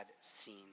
seen